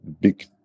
big